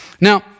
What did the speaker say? Now